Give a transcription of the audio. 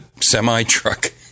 semi-truck